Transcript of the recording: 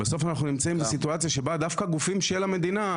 בסוף אנחנו נמצאים בסיטואציה שבה דווקא הגופים של המדינה,